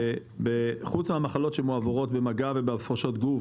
שחוץ המחלות שמועברות במגע ובפרשות גוף